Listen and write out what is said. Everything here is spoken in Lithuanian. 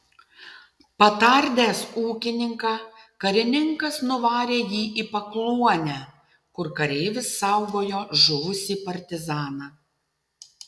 patardęs ūkininką karininkas nuvarė jį į pakluonę kur kareivis saugojo žuvusį partizaną